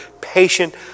patient